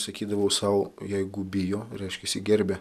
sakydavau sau jeigu bijo reiškiasi gerbia